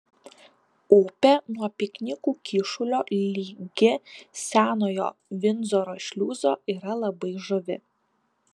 upė nuo piknikų kyšulio ligi senojo vindzoro šliuzo yra labai žavi